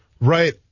right